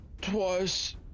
Twice